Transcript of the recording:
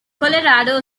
colorado